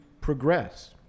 progress